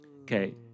Okay